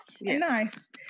nice